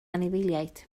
anifeiliaid